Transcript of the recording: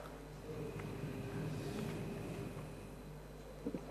בבקשה.